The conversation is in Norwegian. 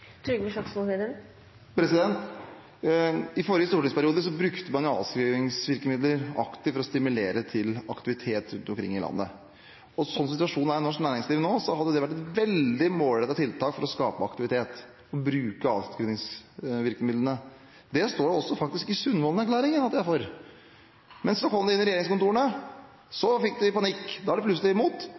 I forrige stortingsperiode brukte man avskrivingsvirkemidler aktivt for å stimulere til aktivitet rundt omkring i landet. Slik som situasjonen i norsk næringsliv er nå, hadde det vært et veldig målrettet tiltak for å skape aktivitet å bruke avskrivingsvirkemidlene. Det står faktisk også i Sundvolden-erklæringen at de er for, men så kom de inn i regjeringskontorene. Så fikk de panikk – da var de plutselig imot.